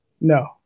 No